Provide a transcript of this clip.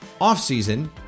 offseason